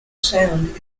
sound